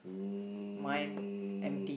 um